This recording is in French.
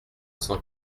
cent